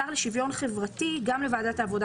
השר לשוויון חברתי גם לוועדת העבודה